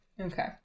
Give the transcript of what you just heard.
Okay